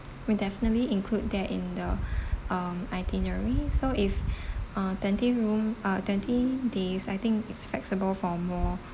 we definitely include that in the um itinerary so if uh twenty room uh twenty days I think it's flexible for more